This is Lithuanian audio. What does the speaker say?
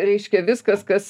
reiškia viskas kas